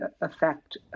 affect